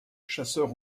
chasseur